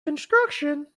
construction